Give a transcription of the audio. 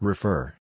Refer